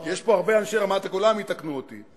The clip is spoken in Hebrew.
יש פה הרבה אנשי רמת-הגולן, יתקנו אותי.